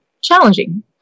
challenging